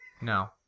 No